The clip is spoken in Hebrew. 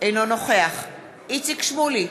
אינו נוכח איציק שמולי,